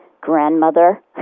grandmother